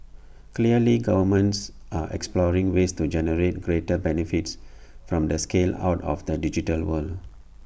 clearly governments are exploring ways to generate greater benefits from the scale out of the digital world